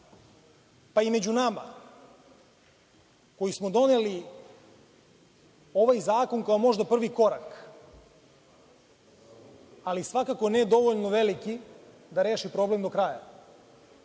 pa i među nama koji smo doneli ovaj zakon kao možda prvi korak, ali svakako ne dovoljno veliki da reši problem do kraja. Moje